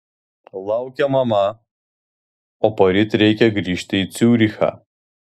laukia mama o poryt reikia grįžti į ciurichą